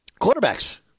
quarterbacks